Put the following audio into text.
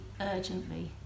urgently